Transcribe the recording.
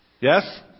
Yes